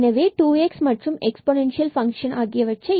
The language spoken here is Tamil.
எனவே 2x மற்றும் இந்த எக்பொனெண்சியல் ஃபங்ஷன் 4 4x2 y2